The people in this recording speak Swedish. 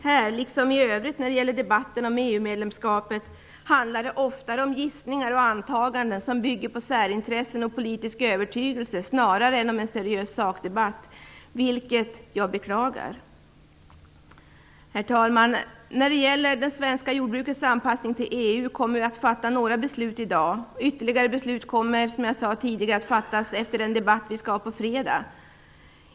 Här liksom i övrigt när det gäller debatten om EU-medlemskapet handlar det oftare om gissningar och antaganden som bygger på särintressen och politisk övertygelse än om en seriös sakdebatt, vilket jag beklagar. Herr talman! När det gäller det svenska jordbrukets anpassning till EU kommer vi i dag att fatta några beslut. Ytterligare beslut kommer, som jag tidigare sade, att fattas efter den debatt som kommer på fredag.